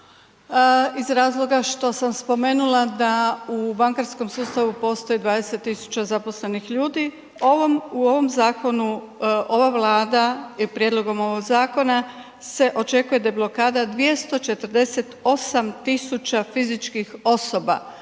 iz razloga što sam spomenula da u bankarskom sustavu postoji 20 000 zaposlenih ljudi. U ovom zakonu ova Vlada i prijedlogom ovog zakona se očekuje deblokada 248 000 fizičkih osoba,